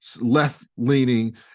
left-leaning